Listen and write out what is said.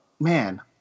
man